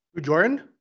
Jordan